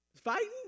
Fighting